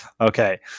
Okay